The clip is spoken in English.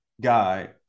guy